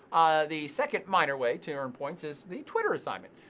the second minor way to earn points is the twitter assignment.